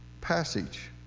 passage